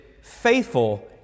faithful